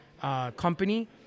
company